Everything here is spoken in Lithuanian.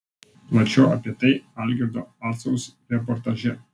plačiau apie tai algirdo acaus reportaže